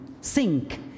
sink